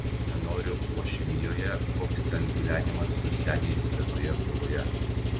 nenoriu uošvijoje koks ten gyvenimas su seniais vienoje krūvoje